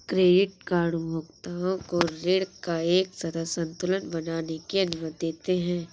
credit card उपभोक्ताओं को ऋण का एक सतत संतुलन बनाने की अनुमति देते हैं